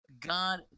God